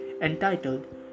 entitled